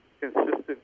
consistent